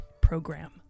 program